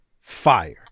Fire